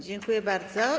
Dziękuję bardzo.